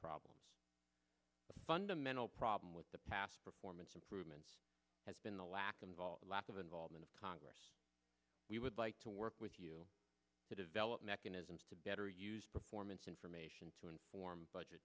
problems the fundamental problem with the past performance improvements has been the lack of all lack of involvement of congress we would like to work with you to develop mechanisms to better use performance information to inform budget